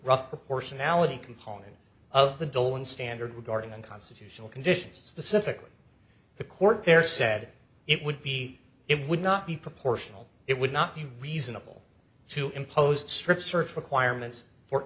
rough proportionality component of the dolan standard regarding unconstitutional conditions specifically the court there said it would be it would not be proportional it would not be reasonable to impose strip search